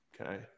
Okay